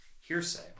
hearsay